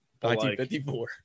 1954